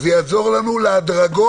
זה יעזור לנו לפעול בהדרגה.